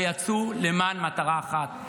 ויצאו למען מטרה אחת,